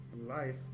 life